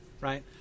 right